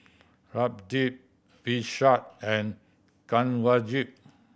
Pradip Vishal and Kanwaljit